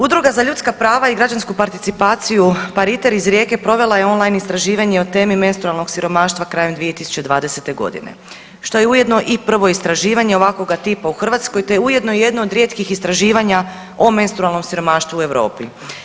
Udruga za ljudska prva i građansku participaciju Pariter iz Rijeke provela je on-line istraživanje o temi menstrualnog siromaštva krajem 2020. godine što je ujedno i prvo istraživanje ovakvoga tipa u Hrvatskoj te ujedno i jedno od rijetkih istraživanja o menstrualnom siromaštvu u Europi.